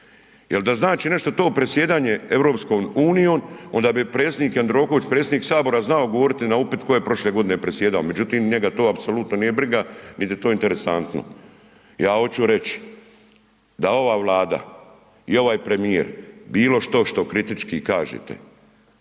Jer da znači nešto to predsjedanje EU onda bi predsjednik Jandroković, predsjednik sabora znao odgovoriti na upit tko je prošle godine predsjedao, međutim njega to apsolutno nije briga niti je to interesantno. Ja oću reći da ova Vlada i ovaj premijer bilo što što kritički kažete